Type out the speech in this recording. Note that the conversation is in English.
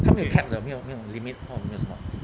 没有 cap 没有有 limit or 没有什么